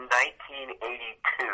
1982